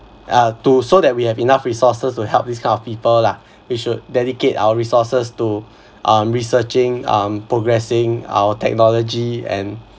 uh to so that we have enough resources to help these kind of people lah we should dedicate our resources to um researching um progressing our technology and